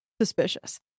suspicious